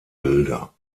bilder